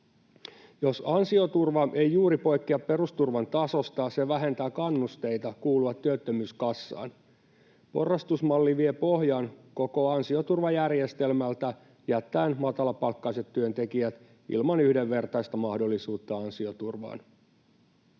Jos ansioturva ei juuri poikkea perusturvan tasosta, se vähentää kannusteita kuulua työttömyyskassaan. Porrastusmalli vie pohjan koko ansioturvajärjestelmältä jättäen matalapalkkaiset työntekijät ilman yhdenvertaista mahdollisuutta ansioturvaan.